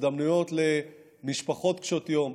הזדמנויות למשפחות קשות-יום,